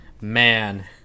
Man